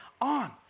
on